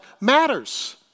matters